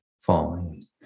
falling